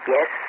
Yes